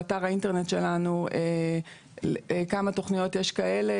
באתר האינטרנט שלנו כמה תכניות יש כאלה.